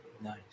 Nice